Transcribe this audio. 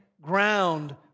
ground